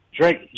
Drake